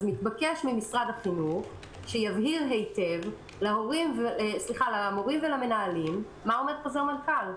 אז מתבקש ממשרד החינוך שיבהיר היטב למורים ולמנהלים מה אומר חוזר מנכ"ל.